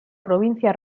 provincia